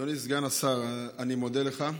אדוני סגן השר, אני מודה לך.